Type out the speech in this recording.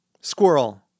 Squirrel